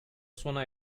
sona